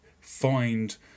find